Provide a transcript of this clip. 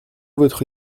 votre